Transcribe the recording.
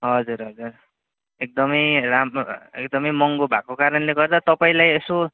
हजुर हजुर एकदम राम्रो एकदम महँगो भएको कारणले गर्दा तपाईँलाई यसो